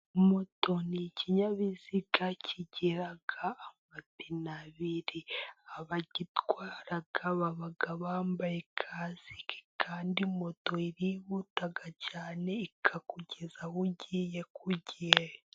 Moto ni ikinyabiziga kigira amapine abiri abagitwara baba bambaye kasike, kandi moto irihuta cyane ikakugeza aho ugiye ku gihe.